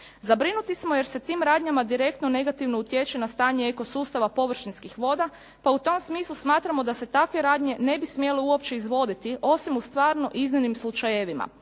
Zabrinuti smo jer se tim radnjama direktno negativno utječe na stanje eko sustava površinskih voda, pa u tom smislu smatramo da se takve radnje ne bi smjele uopće izvoditi osim u stvarno iznimnim slučajevima.